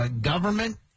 government